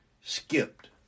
skipped